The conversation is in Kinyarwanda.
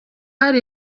hari